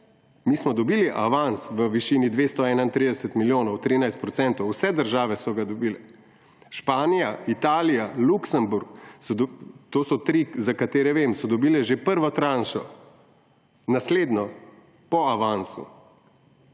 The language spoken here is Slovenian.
mi smo dobili avans v višini 231 milijonov, 13 %‒ vse države so ga dobile. Španija, Italija, Luksemburg, to so tri, za katere vem, so dobile že prvo tranšo. Naslednjo, po avansu.